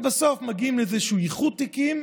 ובסוף מגיעים לאיזשהו איחוד תיקים,